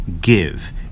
give